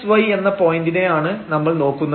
x y എന്ന പോയന്റിനെ ആണ് നമ്മൾ നോക്കുന്നത്